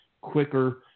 quicker